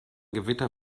gewitter